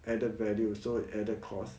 added value so added costs